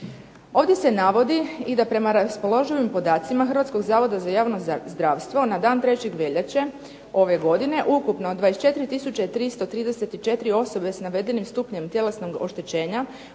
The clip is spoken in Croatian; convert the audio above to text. Ovdje se navodi i da prema raspoložim podacima Hrvatskog zavoda za javno zdravstvo na dan 3. veljače ove godine ukupno 24 tisuće 334 osobe s navedenim stupnjem tjelesnog oštećenja